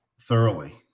thoroughly